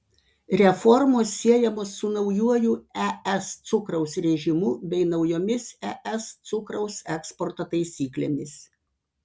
reformos siejamos su naujuoju es cukraus režimu bei naujomis es cukraus eksporto taisyklėmis